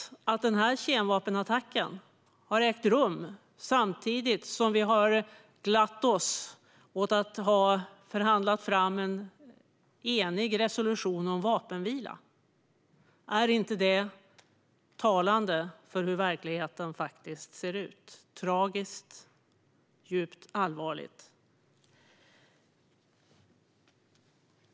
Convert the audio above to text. Vi vet att den här kemvapenattacken har ägt rum samtidigt som vi har glatt oss åt att ha förhandlat fram en enig resolution om vapenvila. Är inte det talande för hur verkligheten faktiskt ser ut? Det är tragiskt och djupt allvarligt.